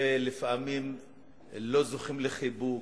ולפעמים לא זוכים לחיבוק,